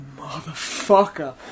motherfucker